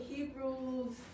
Hebrews